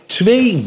twee